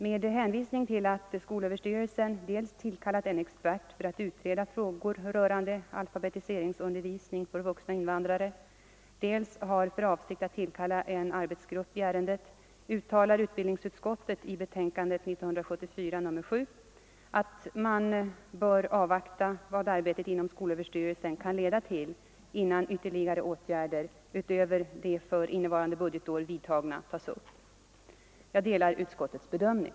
Med hänvisning till att skolöverstyrelsen dels tillkallat en expert för att utreda frågor rörande alfabetiseringsundervisning för vuxna invandrare, dels har för avsikt att tillkalla en arbetsgrupp i ärendet uttalar utbildningsutskottet i betänkandet 1974:7 att man bör avvakta vad arbetet inom skolöverstyrelsen kan leda till innan ytterligare åtgärder, utöver de för innevarande budgetår vidtagna, tas upp. Jag delar utskottets bedömning.